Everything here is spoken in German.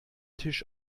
tisch